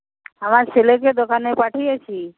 আমার ছেলেকে দোকানে পাঠিয়েছি